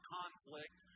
conflict